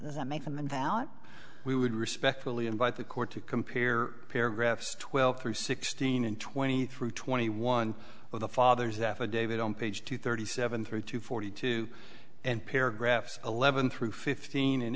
about we would respectfully invite the court to compare paragraphs twelve through sixteen and twenty through twenty one of the fathers affidavit on page two thirty seven through two forty two and paragraphs eleven through fifteen and